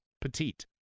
petite